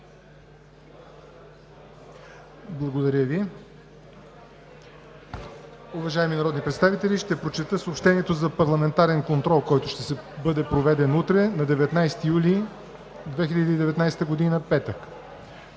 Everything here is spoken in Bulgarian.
не е прието. Уважаеми народни представители, ще прочета съобщението за парламентарен контрол, който ще бъде проведен утре, на 19 юли 2019 г., петък: